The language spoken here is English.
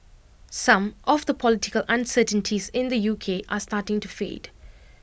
some of the political uncertainties in the U K are starting to fade